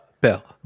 bell